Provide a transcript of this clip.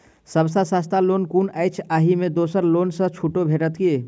सब सँ सस्ता लोन कुन अछि अहि मे दोसर लोन सँ छुटो भेटत की?